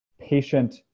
patient